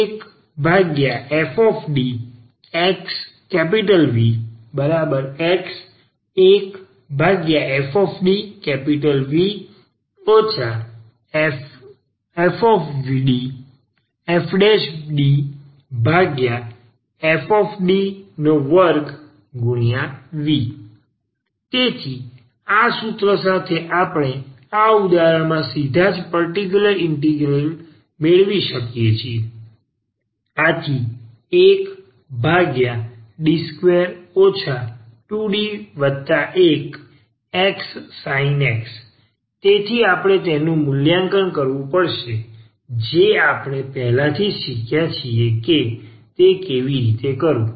તેથી 1fDxVx1fV fDfD2V તેથી આ સૂત્ર સાથે આપણે આ ઉદાહરણમાં સીધા જ પર્ટીકયુલર ઇન્ટિગ્રલ મેળવી શકીએ છીએ 1D2 2D1xsin x તેથી આપણે તેનું મૂલ્યાંકન કરવું પડશે જે આપણે પહેલાથી જ શીખ્યા છે કે તે કેવી રીતે કરવું